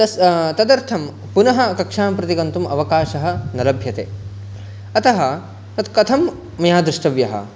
तस् तदर्थं पुनः कक्षां प्रतिगन्तुम् अवकाशः न लभ्यते अतः तत् कथं मया द्रष्टव्यः